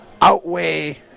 outweigh